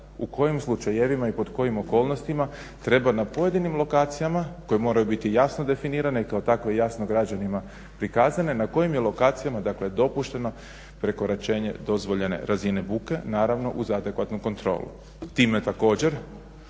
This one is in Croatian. u kojim slučajevima i pod kojim okolnostima treba na pojedinim lokacijama koje moraju biti jasno definirane i kao takve jasno građanima prikazane na kojim je lokacijama dopušteno prekoračenje dozvoljene razine buke naravno uz adekvatnu kontrolu.